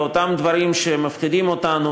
ואותם דברים שמפחידים אותנו,